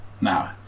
Now